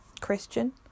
Christian